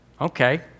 Okay